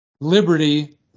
liberty